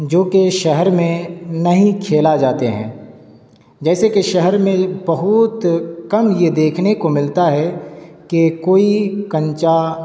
جو کہ شہر میں نہیں کھیلا جاتے ہیں جیسے کہ شہر میں بہت کم یہ دیکھنے کو ملتا ہے کہ کوئی کنچا